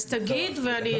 אז תגיד ואני אסכם.